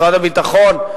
משרד הביטחון.